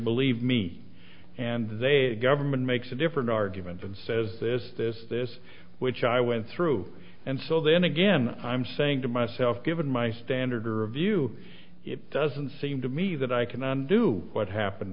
believe me and they government makes a different argument and says this this this which i went through and so then again i'm saying to myself given my standard review it doesn't seem to me that i cannot do what happened